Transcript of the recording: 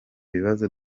bibazo